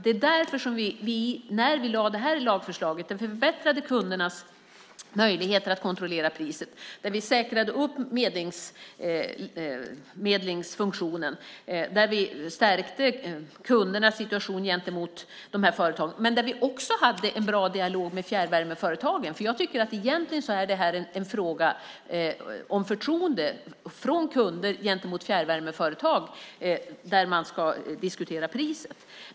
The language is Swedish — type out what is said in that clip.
Det är därför som vi när vi lade fram detta lagförslag förbättrade kundernas möjligheter att kontrollera priset, säkrade medlingsfunktionen och stärkte kundernas situation gentemot företagen men också hade en bra dialog med fjärrvärmeföretagen. Egentligen är det här en fråga om förtroende från kunder gentemot fjärrvärmeföretag, där man ska diskutera priset.